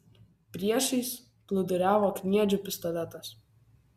priešais plūduriavo kniedžių pistoletas